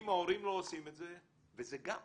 אם ההורים לא עושים את זה, וזה גם הוצאה.